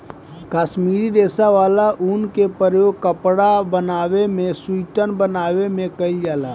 काश्मीरी रेशा वाला ऊन के प्रयोग कपड़ा बनावे में सुइटर बनावे में कईल जाला